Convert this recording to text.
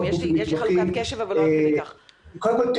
יש מאות גופים נתמכים --- קודם כל,